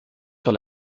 sur